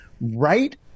right